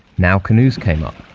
now canoes came up,